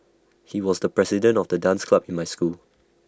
he was the president of the dance club in my school